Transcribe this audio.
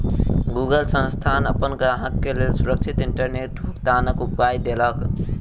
Google संस्थान अपन ग्राहक के लेल सुरक्षित इंटरनेट भुगतनाक उपाय देलक